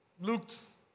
looks